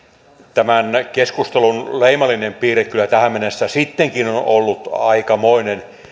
tämän keskustelun leimallinen piirre kyllä tähän mennessä sittenkin on ollut aikamoinen